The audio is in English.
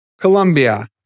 Colombia